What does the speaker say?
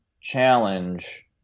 challenge